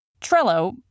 Trello